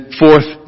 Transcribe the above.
fourth